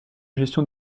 gestion